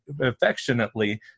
affectionately